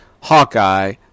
Hawkeye